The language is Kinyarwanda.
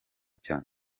cyane